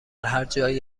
هرجایی